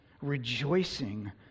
rejoicing